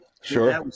Sure